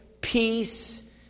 peace